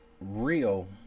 real